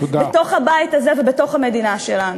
בתוך הבית הזה ובתוך המדינה שלנו.